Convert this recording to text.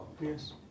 Yes